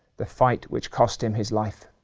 the fight which cost him his life.